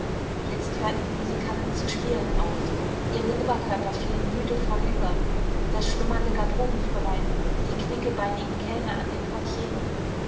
jetzt hörten die musikanten zu spielen auf ihre oberkörper fielen müde vornüber das schlummernde garderobenfräulein die knickebeinigen kellner an den portieren